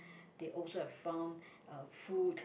they also have found food